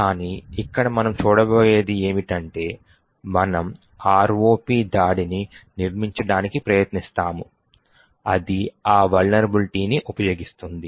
కానీ ఇక్కడ మనం చూడబోయేది ఏమిటంటే మనము ROP దాడిని నిర్మించడానికి ప్రయత్నిస్తాము అది ఆ వలనరబిలిటీని ఉపయోగిస్తుంది